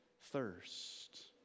thirst